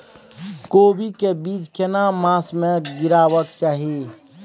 कोबी के बीज केना मास में गीरावक चाही?